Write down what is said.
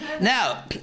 Now